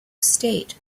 state